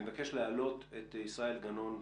אני מבקש להעלות את ישראל גנון,